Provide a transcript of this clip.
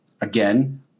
Again